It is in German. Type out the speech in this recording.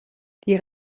die